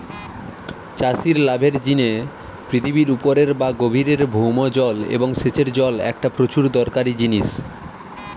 চাষির লাভের জিনে পৃথিবীর উপরের বা গভীরের ভৌম জল এবং সেচের জল একটা প্রচুর দরকারি জিনিস